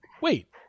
wait